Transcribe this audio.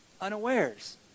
unawares